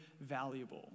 valuable